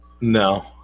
No